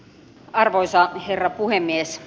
arvoisa herra puhemies